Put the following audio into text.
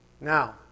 Now